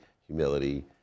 humility